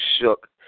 shook